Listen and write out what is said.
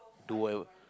do well